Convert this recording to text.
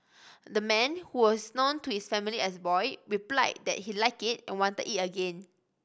the man who is known to his family as Boy replied that he liked it and wanted it again